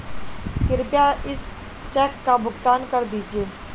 कृपया इस चेक का भुगतान कर दीजिए